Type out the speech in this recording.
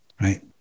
right